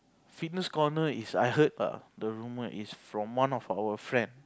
fitness corner is I heard err the rumor is from one of our friend